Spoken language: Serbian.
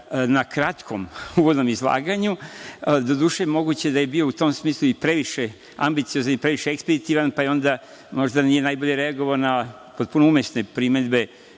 na kratkom uvodnom izlaganju. Doduše, moguće je da je bio u tom smislu i previše ambiciozan i previše ekspeditivan, pa onda možda i nije najbolje reagovao na potpuno umesne primedbe